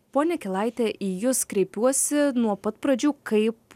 pone kilaite į jus kreipiuosi nuo pat pradžių kaip